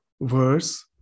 verse